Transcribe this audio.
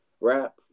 wrap